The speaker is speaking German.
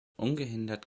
ungehindert